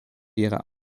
ihrer